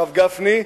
הרב גפני,